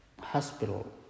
hospital